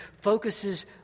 focuses